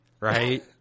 right